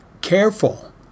careful